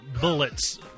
bullets